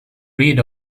rid